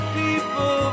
people